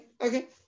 okay